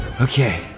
Okay